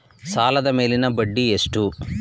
ಸಾಲದ ಮೇಲಿನ ಬಡ್ಡಿ ಎಷ್ಟು?